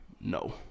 No